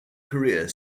career